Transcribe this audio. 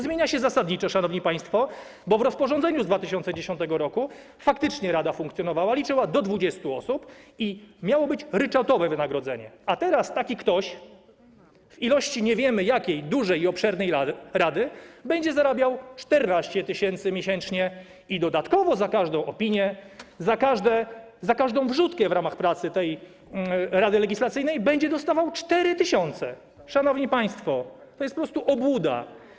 Zmienia się zasadniczo, szanowni państwo, bo w rozporządzeniu z 2010 r. faktycznie rada funkcjonowała, liczyła do 20 osób i miało być ryczałtowe wynagrodzenie, a teraz taki ktoś w ilości nie wiemy jakiej, dużej i obszernej rady, będzie zarabiał 14 tys. miesięcznie i dodatkowo za każdą opinię, za każdą wrzutkę w ramach pracy tej Rady Legislacyjnej będzie dostawał 4 tys. Szanowni państwo, to jest po prostu obłuda.